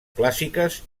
clàssiques